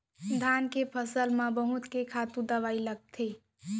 धान के फसल म बहुत के खातू दवई लगथे